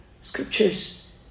scriptures